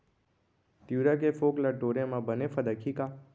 तिंवरा के फोंक ल टोरे म बने फदकही का?